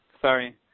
sorry